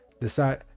decide